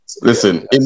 Listen